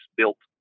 built